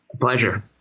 Pleasure